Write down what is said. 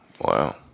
Wow